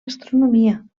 astronomia